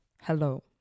Hello